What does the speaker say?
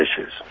issues